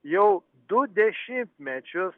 jau du dešimtmečius